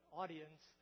audience